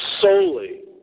solely